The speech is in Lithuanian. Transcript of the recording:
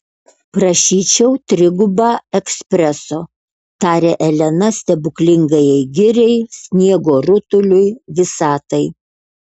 prašyčiau trigubą ekspreso tarė elena stebuklingajai giriai sniego rutuliui visatai